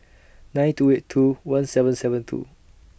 nine two eight two one seven seven two